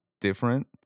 different